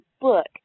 book